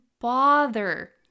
bother